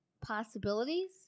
possibilities